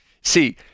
See